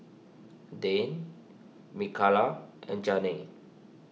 Dan Mikaila and Janae